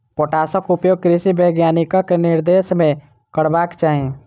पोटासक उपयोग कृषि वैज्ञानिकक निर्देशन मे करबाक चाही